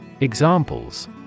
Examples